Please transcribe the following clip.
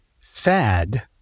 sad